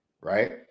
right